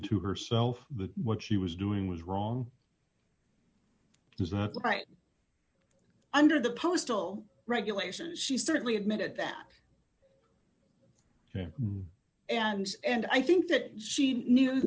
to herself that what she was doing was wrong is not right under the postal regulations she certainly admitted that yeah and and i think that she knew